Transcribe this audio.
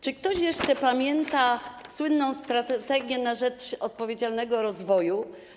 Czy ktoś jeszcze pamięta słynną „Strategię na rzecz odpowiedzialnego rozwoju”